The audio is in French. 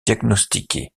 diagnostiquée